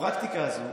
הפרקטיקה הזאת,